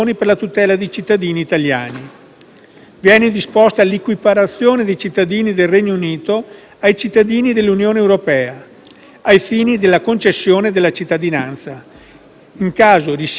Viene disposta l'equiparazione dei cittadini del Regno Unito ai cittadini dell'Unione europea ai fini della concessione della cittadinanza, in caso risiedano da almeno quattro anni in Italia.